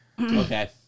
okay